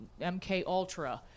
MKUltra